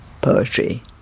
poetry